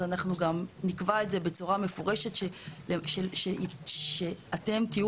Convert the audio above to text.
אז אנחנו גם נקבע את זה בצורה מפורשת שאתם תהיו